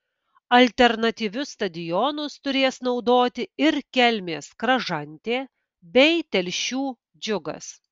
alternatyvius stadionus turės naudoti ir kelmės kražantė bei telšių džiugas